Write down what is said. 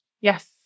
Yes